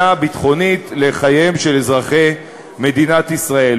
ביטחונית לחייהם של אזרחי מדינת ישראל.